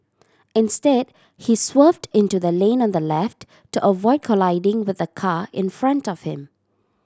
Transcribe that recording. instead he swerved into the lane on the left to avoid colliding with the car in front of him